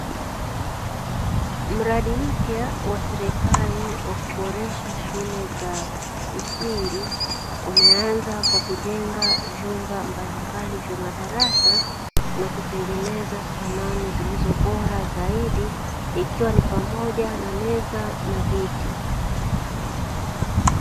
Mradi mpya wa serikali wa kuboresha shule za msingi, umeanza kwa kujenga vyumba mbalimbali vya madarasa, na kutengeneza samani zilizo bora zaidi, ikiwa ni pamoja na meza na viti.